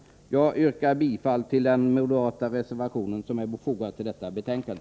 Jag yrkar bifall till den moderata reservation som är fogad till detta betänkande.